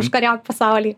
užkariauk pasaulį